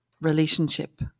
relationship